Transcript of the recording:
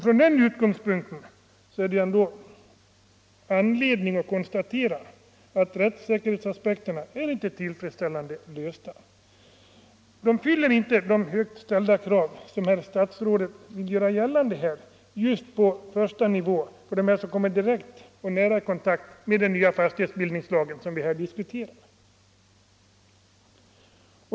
Från den utgångspunkten finns det anledning att konstatera att rättssäkerheten inte är tillfredsställande tillgodosedd. Den fyller inte så högt ställda krav som statsrådet vill göra gällande just på första nivån, för dem som kommer i nära, direkt kontakt med den nya fastighetsbildningslagen, som vi här diskuterar.